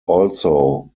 also